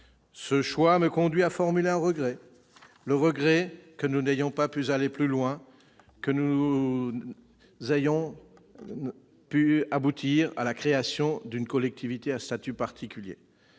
Ce choix me conduit à formuler un regret. Je regrette que nous n'ayons pas pu aller plus loin et aboutir à la création d'une collectivité à statut particulier.